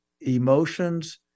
emotions